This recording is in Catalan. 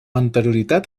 anterioritat